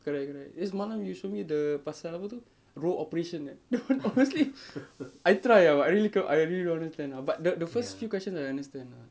correct correct yang semalam you show me the pasal apa tu row operation that [one] obviously I try ah but I really can~ I really don't understand lah but th~ the first few question I understand lah ya